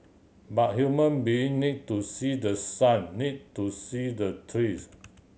but human being need to see the sun need to see the trees